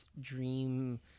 dream